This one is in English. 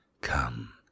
Come